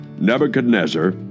Nebuchadnezzar